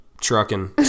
trucking